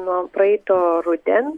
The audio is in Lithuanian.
nuo praeito ruden